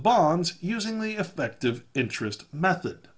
bonds using the effective interest method